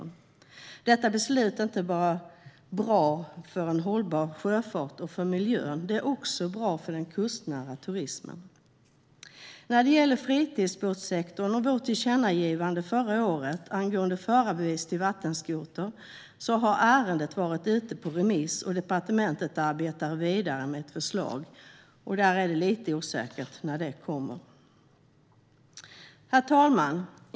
Detta beslut är bra, inte bara för en hållbar sjöfart och för miljön utan också för den kustnära turismen. När det gäller fritidsbåtssektorn och vårt tillkännagivande förra året angående förarbevis för vattenskoter kan jag säga att ärendet har varit ute på remiss. Departementet arbetar vidare med ett förslag. Det är lite osäkert när det kommer. Herr talman!